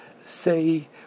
say